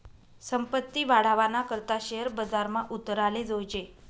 संपत्ती वाढावाना करता शेअर बजारमा उतराले जोयजे